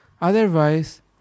Otherwise